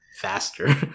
faster